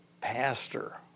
pastor